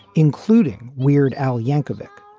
including weird al yankovic,